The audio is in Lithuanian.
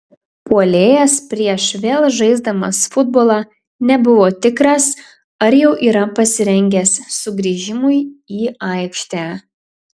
puolėjas prieš vėl žaisdamas futbolą nebuvo tikras ar jau yra pasirengęs sugrįžimui į aikštę